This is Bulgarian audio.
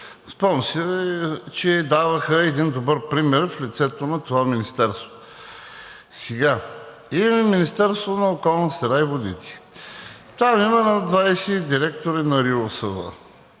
Спомням си, че даваха един добър пример в лицето на това министерство. Сега имаме Министерството на околната среда и водите. Там има над 20 директори на РИОСВ,